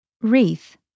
wreath